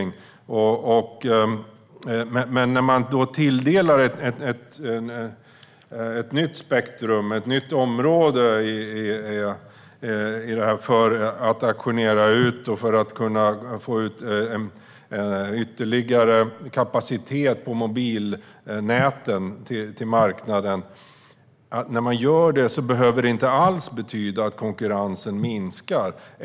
När man tilldelar ett nytt spektrum och ett nytt område som ska auktioneras ut för att marknaden ska få ytterligare kapacitet för mobilnäten behöver det inte alls betyda att konkurrensen minskar.